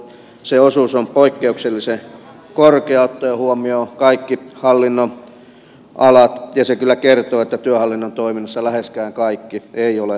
se osuus on poikkeuksellisen korkea ottaen huomioon kaikki hallinnonalat ja se kyllä kertoo siitä että työhallinnon toiminnassa läheskään kaikki ei ole kohdallaan